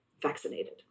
vaccinated